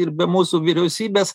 ir be mūsų vyriausybės